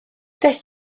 daeth